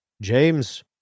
James